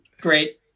Great